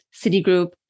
Citigroup